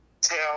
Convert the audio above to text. tell